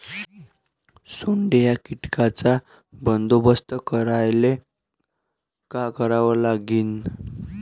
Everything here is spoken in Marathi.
सोंडे या कीटकांचा बंदोबस्त करायले का करावं लागीन?